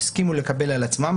שהסכימו לקבל על עצמן.